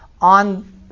on